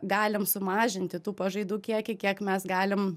galim sumažinti tų pažaidų kiekį kiek mes galim